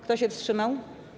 Kto się wstrzymał?